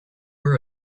are